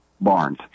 barnes